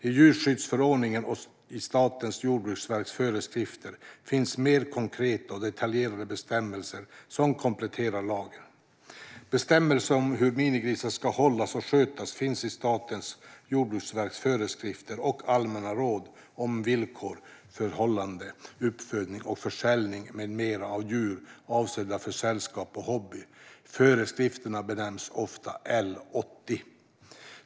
I djurskyddsförordningen och i Statens jordbruksverks föreskrifter finns mer konkreta och detaljerade bestämmelser som kompletterar lagen. Bestämmelser om hur minigrisar ska hållas och skötas finns i Statens jordbruksverks föreskrifter och allmänna råd om villkor för hållande, uppfödning och försäljning m.m. av djur avsedda för sällskap och hobby. Föreskrifterna benämns ofta L 80.